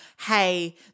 hey